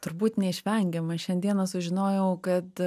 turbūt neišvengiama šiandieną sužinojau kad